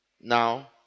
Now